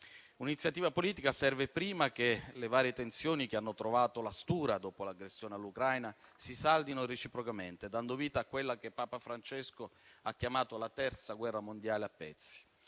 Una iniziativa politica serve prima che le varie tensioni, che hanno trovato la stura dopo l'aggressione all'Ucraina, si saldino reciprocamente, dando vita a quella che Papa Francesco ha chiamato la terza guerra mondiale a pezzi.